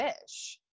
fish